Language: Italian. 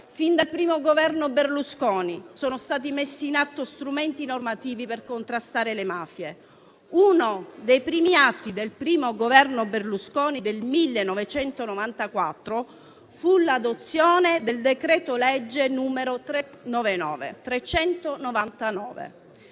Fin dal primo Governo Berlusconi sono stati messi in atto strumenti normativi per contrastare le mafie. Uno dei primi atti del primo Governo Berlusconi, nel 1994, fu l'adozione del decreto-legge n. 399.